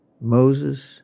Moses